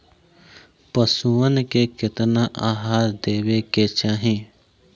पशुअन के केतना आहार देवे के चाही?